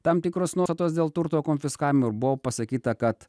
tam tikros nuostatos dėl turto konfiskavimo ir buvo pasakyta kad